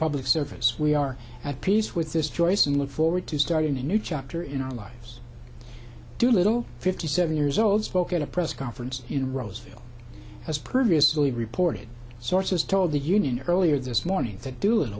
public service we are at peace with this choice and look forward to starting a new chapter in our lives do little fifty seven years old spoke at a press conference in roseville as previously reported sources told the union earlier this morning that